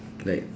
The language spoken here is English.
like